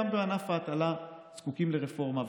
גם בענף ההטלה זקוקים לרפורמה,